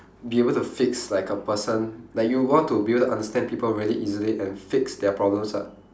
be able to fix like a person like you want to be able to understand people really easily and fix their problems ah